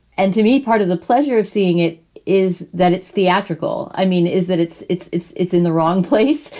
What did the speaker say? and to me, part of the pleasure of seeing it is that it's theatrical. i mean, is that it's it's it's it's in the wrong place.